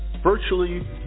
virtually